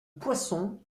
poisson